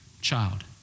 child